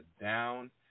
down